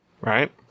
Right